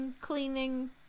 cleaning